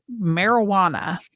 marijuana